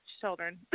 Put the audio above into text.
children